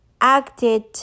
acted